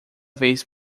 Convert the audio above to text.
vez